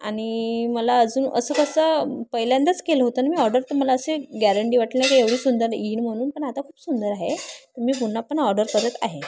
आणि मला अजून असं कसं पहिल्यांदाच केलं होतं न मी ऑर्डर तर मला असे गॅरंटी वाटली नाही का एवढी सुंदर येईन म्हणून पण आता खूप सुंदर आहे तर मी पुन्हा पण ऑर्डर करत आहे